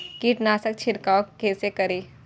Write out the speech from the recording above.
कीट नाशक छीरकाउ केसे करी?